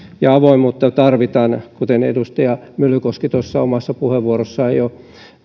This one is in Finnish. ja avoimuutta tarvitaan kuten edustaja myllykoski omassa puheenvuorossaan jo